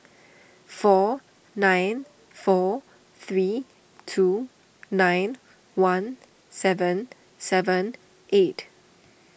four nine four three two nine one seven seven eight